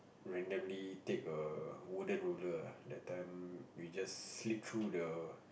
randomly take a wooden roller ah that time we just slit through the